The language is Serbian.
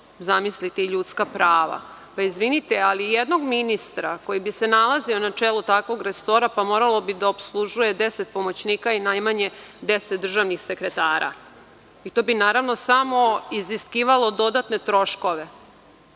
još i ljudska prava. Izvinite, ali jednog ministra koji bi se nalazio na čelu takvog resora bi moralo da opslužuje deset pomoćnika i najmanje deset državnih sekretara. To bi samo iziskivalo dodatne troškove.